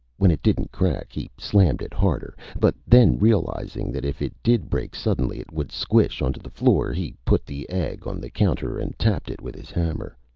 when it didn't crack, he slammed it harder, but then realizing that if it did break suddenly, it would squish onto the floor, he put the egg on the counter and tapped it with his hammer.